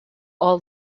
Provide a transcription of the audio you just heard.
all